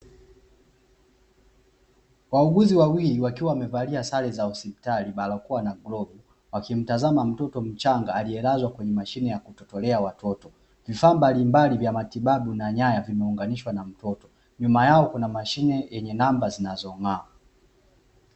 Wauguzi wawili wakiwa wamevalia sare za hospitali, barakoa na glovu wakimtazama mtoto mchanga aliyelazwa kwenye mashine ya kutotolea watoto, vifaa mbalimbali vya matibabu na nyaya, vimeunganishwa na matoto, nyuma yao kuna mashine yenye namba zinazong'aa.